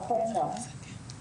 אכן כך.